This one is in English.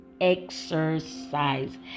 exercise